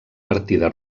partida